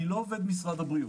אני לא עובד משרד הבריאות.